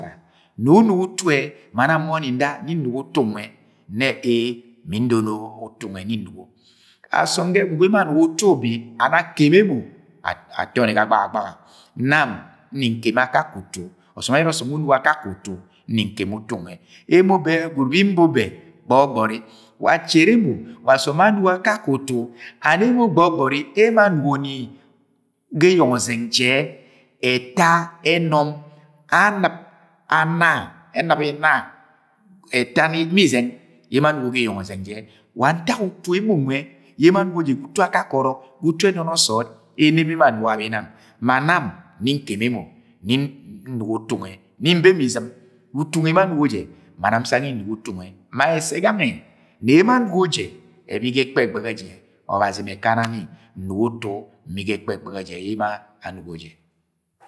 Nẹ unogo utu ẹ. ma nam nbọni nda nni nnugo utu nwẹ, nnẹ e e mi ndọnọ utu nwẹ nni nnugo Asọm ga ẹgwugwu anugo utu ubi and akemi emo, atọni ga gbagagbaga. Nam nni nkemi akeke utu. Ọsọm ẹjarạ ọsọm wẹunugo akakẹ utu, nni nkẹmi utu nwẹ. Emo bẹ gwud bẹ nbo bẹ gbọgbọri awa achẹrẹ emo wa asọm wa anugo akakẹ utu, ana emo gbọgbọri emo anugo ni ga eyeng ọzing jẹ ẹtạ ẹnọm anɨb anna, ẹnɨb inna eta ma izọng yẹ emo anugo ga eyeng ozɨng jẹ. Wa ntak utu emo nwẹ emo anugo jẹ. Utu akakẹ ọrọk, utu ẹdọnọ sọọd yẹ ẹna emo anugo abi nang. Ma nam nni nkemi emonni nnugo utu nwẹ, Nni mba emo izɨm, utu nwẹ emo anugo je ma nam ngang yẹ nnugo utu nwẹ. Ma ẹsẹ gangẹ nẹ emo anugo jẹ ẹbi ga ẹkpẹ ẹgbẹghẹ jẹ, Ọbazi mẹ ẹkana ni nnugu utu nbi a ẹkpẹ ẹgbẹghẹ yẹ emo anugo jẹ.